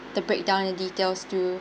the breakdown in details to